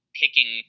picking